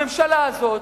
הממשלה הזאת,